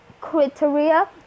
criteria